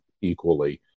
equally